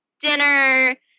dinner